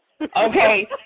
okay